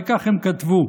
וכך הם כתבו,